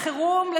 החירום,